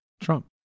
Trump